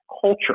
culture